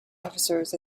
officers